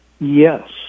yes